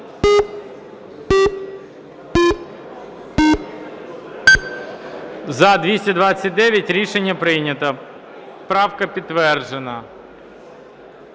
За-229 Рішення прийнято. Правка підтверджена.